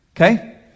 Okay